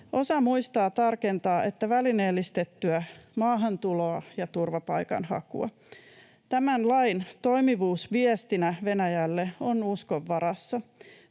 osa muistaa tarkentaa, että välineellistettyä maahantuloa ja turvapaikanhakua. Tämän lain toimivuus viestinä Venäjälle on uskon varassa.